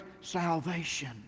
salvation